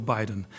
Biden